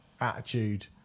attitude